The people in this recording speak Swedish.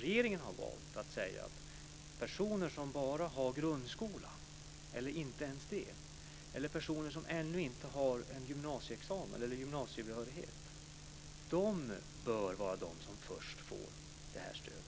Regeringen har valt att säga att personer som bara har grundskola eller inte ens det, eller personer som ännu inte har gymnasiebehörighet; de bör vara de som först får det här stödet,